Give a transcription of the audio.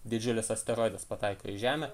didžiulis asteroidas pataiko į žemę